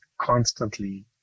constantly